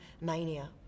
mania